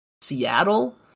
Seattle